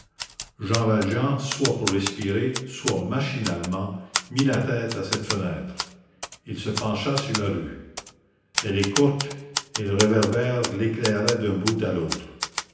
jean valjean soit pour respirer soit machinalement mit la tête à cette fenêtre il se pencha sur la rue elle est courte et le réverbère l'éclairait d'un bout à l'autre